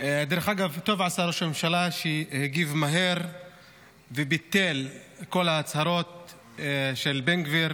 טוב עשה ראש הממשלה שהגיב מהר וביטל את כל ההצהרות של בן גביר